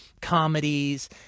comedies